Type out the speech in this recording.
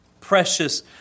precious